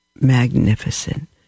magnificent